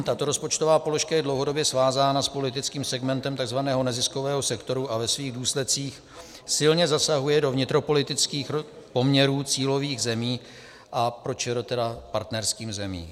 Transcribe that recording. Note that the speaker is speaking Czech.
Tato rozpočtová položka je dlouhodobě svázána s politickým segmentem tzv. neziskového sektoru a ve svých důsledcích silně zasahuje do vnitropolitických poměrů cílových zemí a pro ČR partnerských zemí.